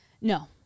No